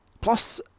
Plus